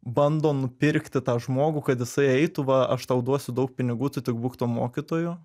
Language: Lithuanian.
bando nupirkti tą žmogų kad jisai eitų va aš tau duosiu daug pinigų tu tik būk tuo mokytoju